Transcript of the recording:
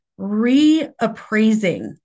reappraising